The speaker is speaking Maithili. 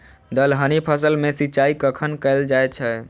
दलहनी फसल मे सिंचाई कखन कैल जाय छै?